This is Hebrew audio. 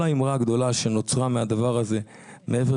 כל האמירה הגדולה שנוצרה מהדבר הזה מעבר